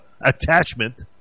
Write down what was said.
attachment